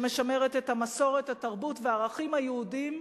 שמשמרת את המסורת, התרבות והערכים היהודים,